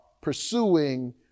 pursuing